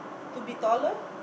to be taller